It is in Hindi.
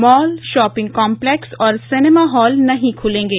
मॉल शॉपिंग कॉम्पलेक्स और सिनेमा घर नहीं खुलेंगे